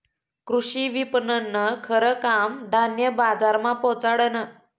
कृषी विपणननं खरं काम धान्य बजारमा पोचाडनं